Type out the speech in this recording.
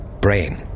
brain